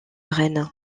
rennes